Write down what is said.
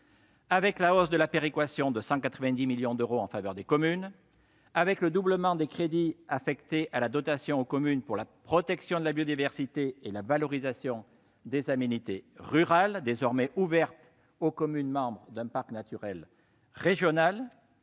: hausse de la péréquation de 190 millions d'euros en faveur des communes, doublement des crédits affectés à la dotation de soutien aux communes pour la protection de la biodiversité et la valorisation des aménités rurales, désormais ouverte aux communes membres d'un parc naturel régional,